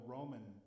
Roman